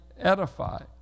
edify